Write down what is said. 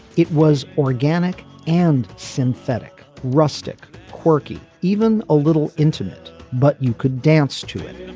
it was organic and synthetic rustic quirky even a little intimate but you could dance to it.